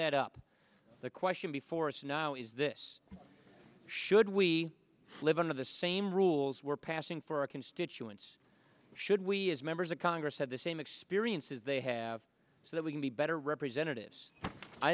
that up the question before us now is this should we live under the same rules we're passing for our constituents should we as members of congress have the same experiences they have so that we can be better representatives i